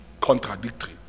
contradictory